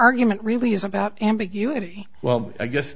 argument really is about ambiguity well i guess